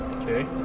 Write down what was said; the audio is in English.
Okay